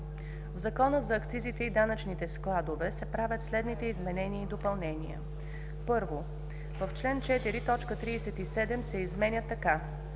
В Закона за акцизите и данъчните складове се правят следните изменения и допълнения: 1. В чл. 4 т. 37 се изменя така: